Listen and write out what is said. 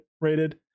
rated